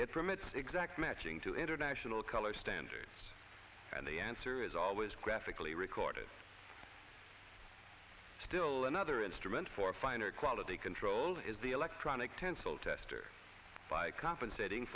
it permits exact matching to international color standards and the answer is always graphically recorded still another instrument for finer quality control is the electronic tensile tester by compensating